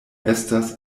estas